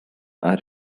are